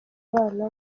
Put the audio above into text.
abana